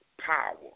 Power